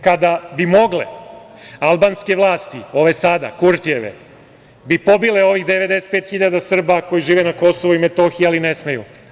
Kada bi mogle, albanske vlasti, ove sada, Kurtijeve, bi pobile ovih 95 hiljada Srba koji žive na Kosovu i Metohiji, ali ne smeju.